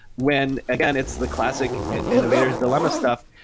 when again, it's the classic innovator s dilemma stuff.